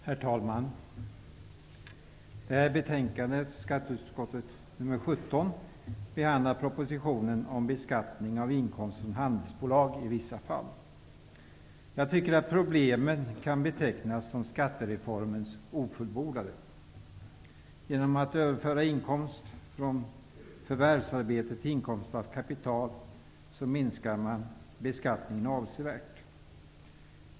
Herr talman! I skatteutskottets betänkande 17 Jag tycker att problemet kan betecknas som skattereformens ofullbordade. Genom att överföra inkomst från förvärvsarbete till inkomst av kapital, minskar man beskattningen avsevärt.